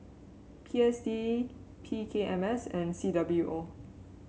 P S D P K M S and C W O